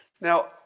now